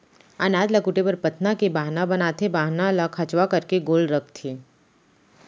अनाज ल कूटे बर पथना के बाहना बनाथे, बाहना ल खंचवा करके गोल रखथें